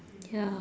ya